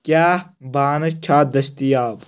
کیٛاہ بانہٕ چھا دٔستیاب